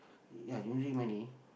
ya losing money